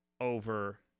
over